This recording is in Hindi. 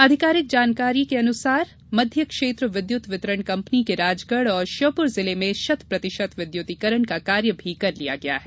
आधिकारिक जानकारी के अनुसार मध्य क्षेत्र विद्युत वितरण कंपनी के राजगढ़ और श्योपुर जिले में शत प्रतिशत विद्युतीकरण का कार्य भी कर लिया गया है